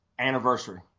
anniversary